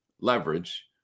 leverage